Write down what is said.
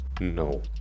No